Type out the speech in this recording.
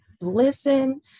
listen